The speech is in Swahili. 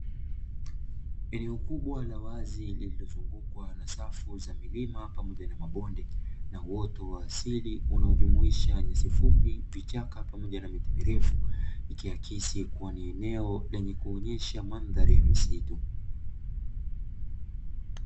Eneo kubwa la wazi lililo zungukwa na safu za milima pamoja na mabonde na uoto wa asili unao jumuisha nyasi fupi, vichaka pamoja na miti mirefu. Ikiakisi kua ni eneo lenye kuonyesha mandhari ya misitu